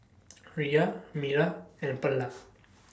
Rhea Mira and Perla